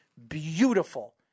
Beautiful